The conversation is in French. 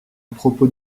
propos